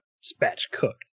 spatch-cooked